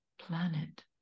planet